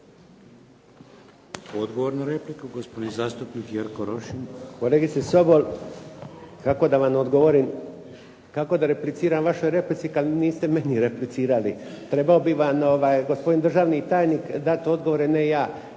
Odgovor na repliku gospodin zastupnik Jerko Rošin. **Rošin, Jerko (HDZ)** Kolegice Sobol, kako da vam odgovorim, kako da repliciram vašoj replici kad niste meni replicirali? Treba bi vam gospodin državni tajnik dati odgovore a ne ja.